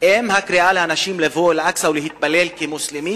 אם הקריאה לאנשים לבוא לאל-אקצא ולהתפלל כמוסלמי,